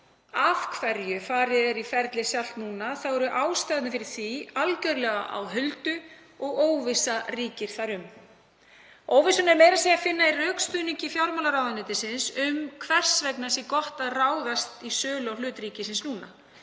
af hverju farið er í ferlið sjálft núna eru ástæðurnar fyrir því algjörlega á huldu og óvissa ríkir þar um. Óvissuna er meira að segja að finna í rökstuðningi fjármálaráðuneytisins um hvers vegna sé gott að ráðast í sölu á hlut ríkisins núna.